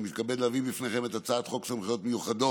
אני מתכבד להביא בפניכם את הצעת חוק סמכויות מיוחדות